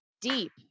deep